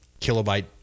kilobyte